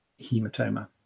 hematoma